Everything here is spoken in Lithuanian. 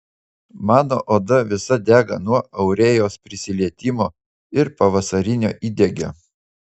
mano oda visa dega nuo aurėjos prisilietimo ir pavasarinio įdegio